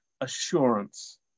assurance